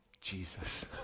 Jesus